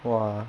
!wah!